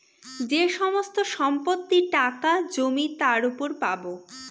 যে সমস্ত সম্পত্তি, টাকা, জমি তার উপর পাবো